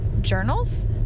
journals